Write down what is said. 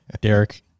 Derek